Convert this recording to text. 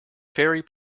fairy